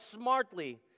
smartly